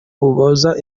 kibazo